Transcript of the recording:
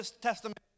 Testament